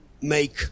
make